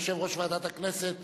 יושב-ראש ועדת הכנסת,